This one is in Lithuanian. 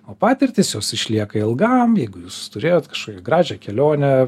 o patirtys jos išlieka ilgam jeigu jūs turėjot kažkokią gražią kelionę